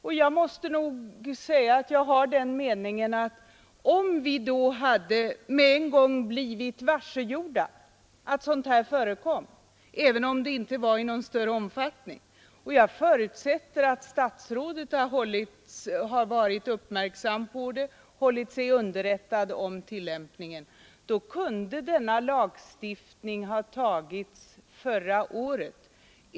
Om man då med en gång — jag förutsätter nu att statsrådet har hållit sig underrättad om tillämpningen — hade gjort oss uppmärksamma på att sådant här förekom, låt vara att det inte var i någon större omfattning, kunde denna lagstiftning ha införts redan förra året.